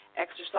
exercise